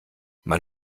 man